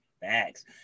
Thanks